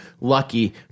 lucky